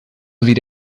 vire